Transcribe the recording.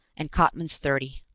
and cottman's thirty.